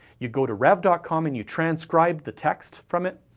you go to rev dot com and you transcribe the text from it,